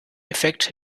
effekt